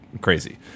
crazy